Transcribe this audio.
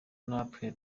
natwe